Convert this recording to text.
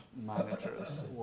managers